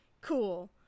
cool